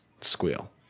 squeal